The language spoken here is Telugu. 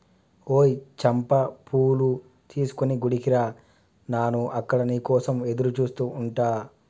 ఓయ్ చంపా పూలు తీసుకొని గుడికి రా నాను అక్కడ నీ కోసం ఎదురుచూస్తు ఉంటా